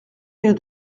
que